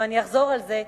ואני אחזור על זה,